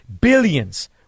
billions